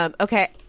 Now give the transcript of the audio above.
Okay